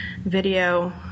video